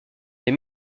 des